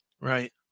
Right